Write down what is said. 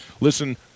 listen